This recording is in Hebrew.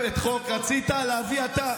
התנגדו.